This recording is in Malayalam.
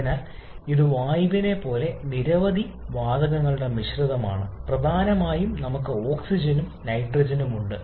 അതിനാൽ ഇത് വായുവിലെ പോലെ നിരവധി വാതകങ്ങളുടെ മിശ്രിതമാണ് പ്രധാനമായും നമുക്ക് ഓക്സിജനും നൈട്രജനും ഉണ്ട്